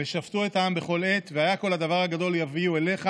ושפטו את העם בכל עת והיה כל הדבר הגדֹל יביאו אליך